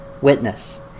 witness